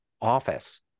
office